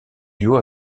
duo